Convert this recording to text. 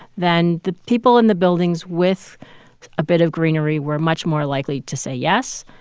then the people in the buildings with a bit of greenery were much more likely to say yes.